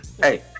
Hey